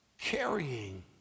carrying